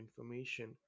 information